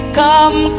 come